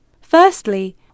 Firstly